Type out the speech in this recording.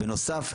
בנוסף,